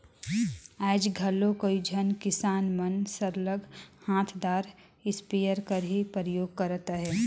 आएज घलो कइयो झन किसान मन सरलग हांथदार इस्पेयर कर ही परयोग करत अहें